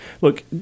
Look